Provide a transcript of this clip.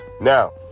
Now